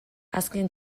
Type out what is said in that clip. azken